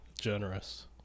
generous